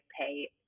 pay